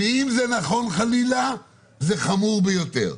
אם זה נכון, חלילה, זה חמור ביותר.